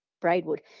Braidwood